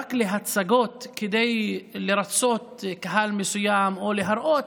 רק להצגות כדי לרצות קהל מסוים או להראות